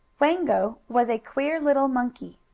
wango was a queer little monkey,